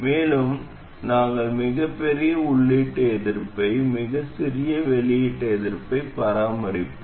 மேலும் நாங்கள் மிகப் பெரிய உள்ளீட்டு எதிர்ப்பையும் மிகச் சிறிய வெளியீட்டு எதிர்ப்பையும் பராமரிப்போம்